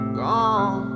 gone